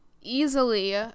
easily